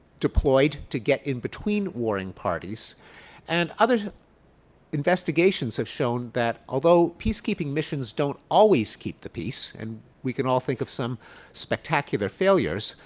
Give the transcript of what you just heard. deployed to get in between warring parties and other investigations have shown that although peace keeping missions don't always keep the peace and we can always think of some spectacular failures,